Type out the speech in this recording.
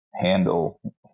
handle